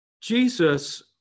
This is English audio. Jesus